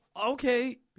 Okay